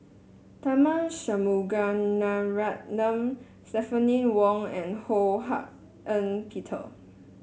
Tharman Shanmugaratnam Stephanie Wong and Ho Hak Ean Peter